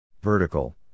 Vertical